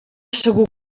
segur